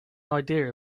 idea